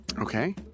Okay